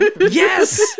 Yes